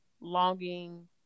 longing